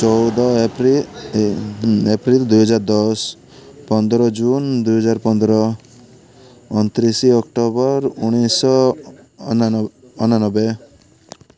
ଚଉଦ ଏପ୍ରିଲ ଦୁଇ ହଜାର ଦଶ ପନ୍ଦର ଜୁନ୍ ଦୁଇ ହଜାର ପନ୍ଦର ଅଣତିରିଶି ଅକ୍ଟୋବର ଉଣେଇଶି ଅଣାନବେ